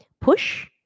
push